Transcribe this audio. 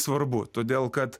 svarbu todėl kad